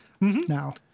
now